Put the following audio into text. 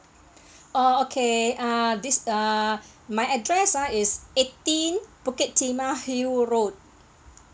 oh okay uh this uh my address ah is eighteen bukit timah hill route